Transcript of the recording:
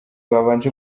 babanje